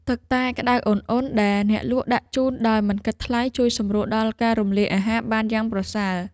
ទឹកតែក្ដៅឧណ្ហៗដែលអ្នកលក់ដាក់ជូនដោយមិនគិតថ្លៃជួយសម្រួលដល់ការរំលាយអាហារបានយ៉ាងប្រសើរ។